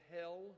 hell